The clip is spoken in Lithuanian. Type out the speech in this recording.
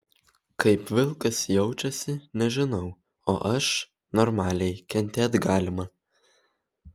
kaip vilkas jaučiasi nežinau o aš normaliai kentėt galima